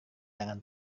dengan